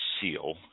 seal